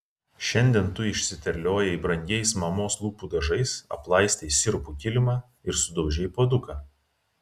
šiandien tu išsiterliojai brangiais mamos lūpų dažais aplaistei sirupu kilimą ir sudaužei puoduką